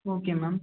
okay ma'am